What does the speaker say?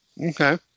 Okay